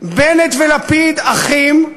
בנט ולפיד אחים,